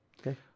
Okay